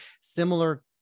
similar